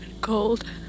cold